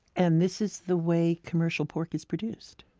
and this is the way commercial pork is produced?